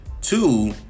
Two